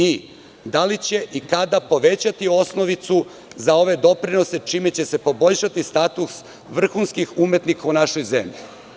I, da li će i kada povećati osnovicu za ove doprinose čime će se poboljšati status vrhunskih umetnika u našoj zemlji.